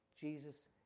Jesus